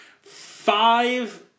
five